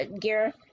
gear